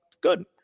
Good